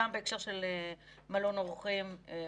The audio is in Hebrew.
זה גם בהקשר של "מלון אורחים" וכו'.